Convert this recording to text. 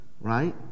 right